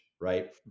right